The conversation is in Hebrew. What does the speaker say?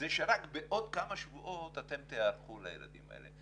זה שרק בעוד כמה שבועות אתם תיערכו לילדים האלה.